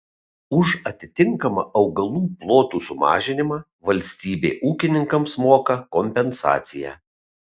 už atitinkamą augalų plotų sumažinimą valstybė ūkininkams moka kompensaciją